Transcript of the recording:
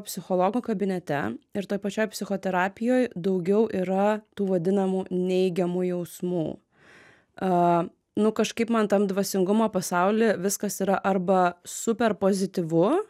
psichologo kabinete ir toj pačioj psichoterapijoj daugiau yra tų vadinamų neigiamų jausmų a nu kažkaip man tam dvasingumo pasauly viskas yra arba super pozityvu